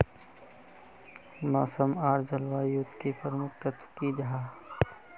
मौसम आर जलवायु युत की प्रमुख तत्व की जाहा?